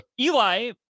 Eli